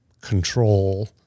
control